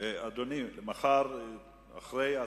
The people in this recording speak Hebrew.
אדוני היושב-ראש, אני יכול להגיב?